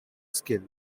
skill